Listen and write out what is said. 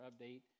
update